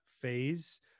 phase